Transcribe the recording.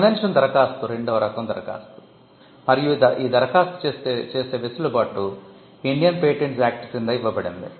convention దరఖాస్తు రెండవ రకం దరఖాస్తు మరియు ఈ దరఖాస్తు చేసే వెసులుబాటు ఇండియన్ పేటెంట్స్ యాక్ట్ క్రింద ఇవ్వబడింది